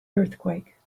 earthquake